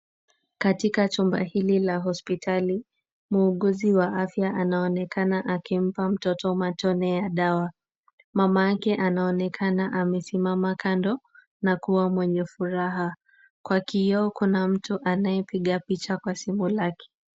Katika chumba hili la hospitali, muuguzi wa afya anaonekana akimpa mtoto matone ya dawa. Mamake anaonekana amesimama kando na kuwa mwenye furaha. Kwa kioo, kuna mtu anayepiga picha kwa simu lake.